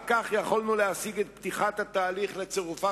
רק כך יכולנו להשיג את פתיחת התהליך לצירופה